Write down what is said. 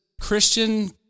Christian